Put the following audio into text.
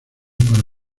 para